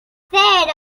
cero